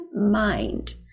mind